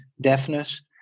deafness